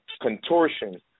contortion